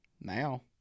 now